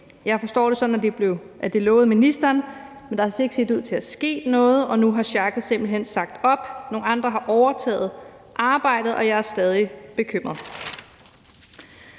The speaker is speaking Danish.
Jeg forstår det sådan, at det lovede ministeren, men der er ikke set ud til at ske noget, og nu har sjakket simpelt hen sagt op. Nogle andre har overtaget arbejdet, og jeg er stadig bekymret.